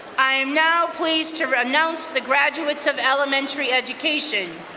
i am now pleased to announce the graduates of elementary education.